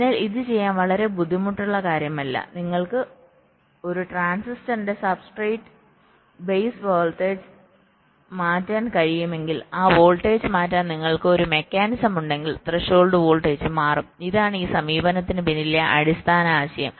അതിനാൽ ഇത് ചെയ്യാൻ വളരെ ബുദ്ധിമുട്ടുള്ള കാര്യമല്ല നിങ്ങൾക്ക് ഒരു ട്രാൻസിസ്റ്ററിന്റെ സബ്സ്ട്രേറ്റ് ബയസ് വോൾട്ടേജ് മാറ്റാൻ കഴിയുമെങ്കിൽ ആ വോൾട്ടേജ് മാറ്റാൻ നിങ്ങൾക്ക് ഒരു മെക്കാനിസം ഉണ്ടെങ്കിൽ ത്രെഷോൾഡ് വോൾട്ടേജും മാറും ഇതാണ് ഈ സമീപനത്തിന് പിന്നിലെ അടിസ്ഥാന ആശയം